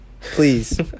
Please